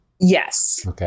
Yes